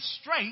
straight